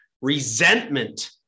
resentment